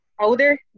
older